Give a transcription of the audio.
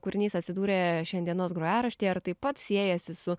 kūrinys atsidūrė šiandienos grojaraštyje ar taip pat siejasi su